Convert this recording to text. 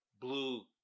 Blue